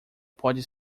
pode